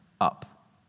up